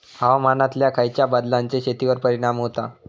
हवामानातल्या खयच्या बदलांचो शेतीवर परिणाम होता?